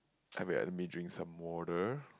I may have let me drink some water